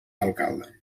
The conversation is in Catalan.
alcalde